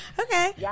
Okay